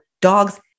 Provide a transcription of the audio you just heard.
dogs